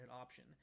option